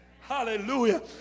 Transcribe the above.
Hallelujah